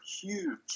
huge